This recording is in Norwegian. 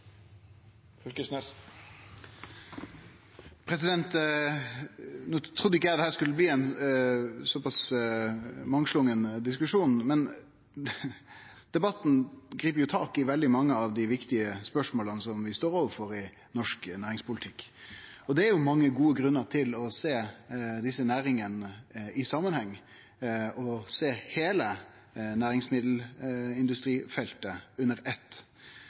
trudde ikkje dette skulle bli ein såpass mangslungen diskusjon, men debatten grip tak i veldig mange av dei viktige spørsmåla vi står overfor i norsk næringspolitikk. Det er mange gode grunnar til å sjå desse næringane i samanheng og å sjå heile næringsmiddelindustrifeltet under eitt.